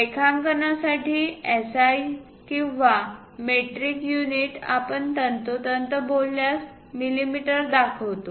रेखांकनांसाठी SI किंवा metric unit आपण तंतोतंत बोलल्यास मिलिमीटर दाखवतो